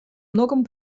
многом